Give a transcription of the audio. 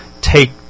take